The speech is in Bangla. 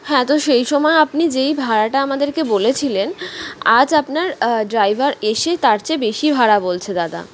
হ্যাঁ তো সেই সময় আপনি যেই ভাড়াটা আমাদেরকে বলেছিলেন আজ আপনার ড্রাইভার এসে তার চেয়ে বেশি ভাড়া বলছে দাদা